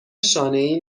شانهای